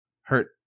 hurt